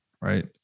right